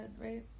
right